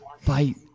fight